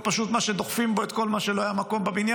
או פשוט דוחפים בו את כל מה שלא היה לו מקום בבניין.